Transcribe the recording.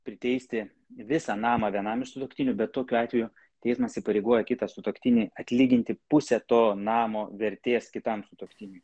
priteisti visą namą vienam iš sutuoktinių bet tokiu atveju teismas įpareigoja kitą sutuoktinį atlyginti pusę to namo vertės kitam sutuoktiniui